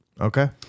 Okay